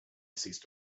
ceased